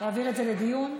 להעביר את זה לדיון?